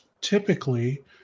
typically